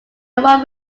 one